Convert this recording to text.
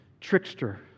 trickster